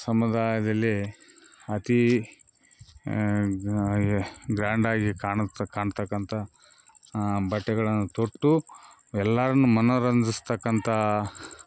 ಸಮುದಾಯದಲ್ಲಿ ಅತೀ ಗ್ರ್ಯಾಂಡಾಗಿ ಕಾಣ್ತಾ ಕಾಣ್ತಕ್ಕಂಥ ಬಟ್ಟೆಗಳನ್ನು ತೊಟ್ಟು ಎಲ್ಲರನ್ನು ಮನರಂಜಿಸ್ತಕ್ಕಂಥ